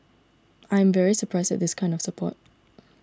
I am very surprised at this kind of support